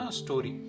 story